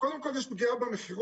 קודם כול יש פגיעה במכירות.